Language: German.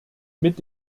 mit